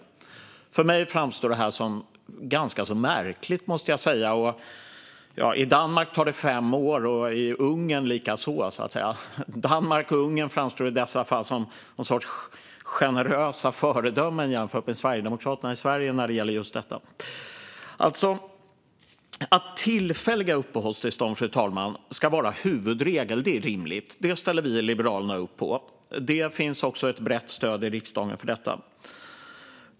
Även nu i talarstolen nämnde Jonas Andersson detta. För mig framstår det här som ganska märkligt. I Danmark tar det fem år och i Ungern likaså. Danmark och Ungern framstår i detta fall som någon sorts generösa föredömen jämfört med Sverigedemokraterna i Sverige, när det gäller just detta. Att tillfälliga uppehållstillstånd ska vara huvudregel, fru talman, är rimligt. Det ställer vi i Liberalerna upp på. Det finns också ett brett stöd i riksdagen för det.